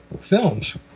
Films